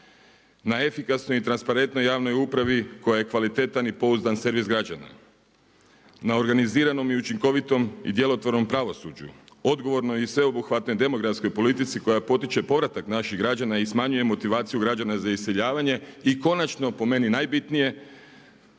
na efikasnoj i transparentnoj javnoj upravi koja je kvalitetan i pouzdan servis građana, na organiziranom i učinkovitom i djelotvornom pravosuđu, odgovornoj i sveobuhvatnoj demografskoj politici koja potiče povratak naših građana i smanjuje motivaciju građana za iseljavanje i konačno po meni najbitnije,